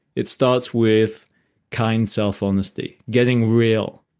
it starts with kind self honesty. getting real.